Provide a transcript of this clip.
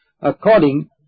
according